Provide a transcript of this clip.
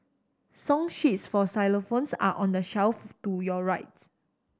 song sheets for xylophones are on the shelf to your right